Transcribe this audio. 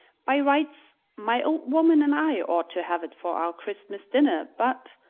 by rights my old woman and i ought to have it for our christmas dinner, but,